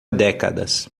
décadas